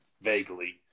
vaguely